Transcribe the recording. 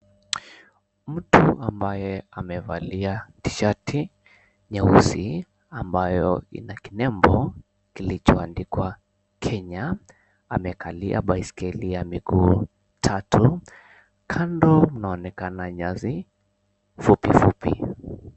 Mtu ambaye amevalia tisheti nyeusi, ambayo ina kinembo kilichoandikwa, Kenya, amekalia baiskeli ya miguu mitatu. Kando inaonekana nyasi fupifupi.